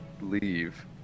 leave